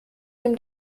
dem